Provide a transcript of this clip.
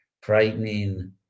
frightening